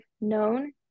known